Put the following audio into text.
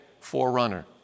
forerunner